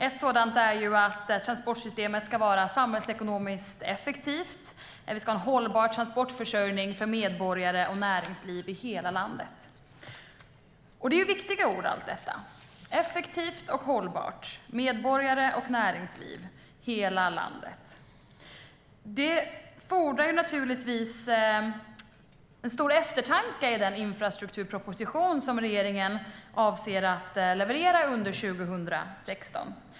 Ett sådant är att transportsystemet ska vara samhällsekonomiskt effektivt, och vi ska ha en hållbar transportförsörjning för medborgare och näringsliv i hela landet. Allt detta är viktiga ord: effektivt och hållbart, medborgare och näringsliv, hela landet. Det fordras en stor eftertanke i den infrastrukturproposition som regeringen avser att leverera under 2016.